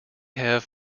have